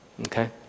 Okay